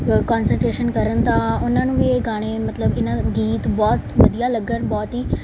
ਕੋ ਕੋਂਸਨਟ੍ਰੇਸ਼ਨ ਕਰਨ ਤਾਂ ਉਹਨਾਂ ਨੂੰ ਵੀ ਇਹ ਗਾਣੇ ਮਤਲਬ ਇਹਨਾਂ ਗੀਤ ਬਹੁਤ ਵਧੀਆ ਲੱਗਣ ਬਹੁਤ ਹੀ